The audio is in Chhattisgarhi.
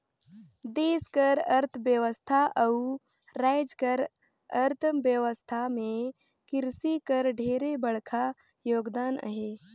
देस कर अर्थबेवस्था अउ राएज कर अर्थबेवस्था में किरसी कर ढेरे बड़खा योगदान अहे